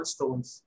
Stones